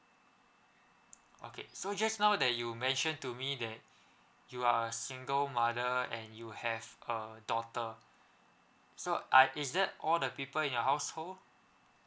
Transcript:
okay so just now that you mention to me that you are a single mother and you have a daughter so are is that all the people in your household